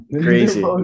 Crazy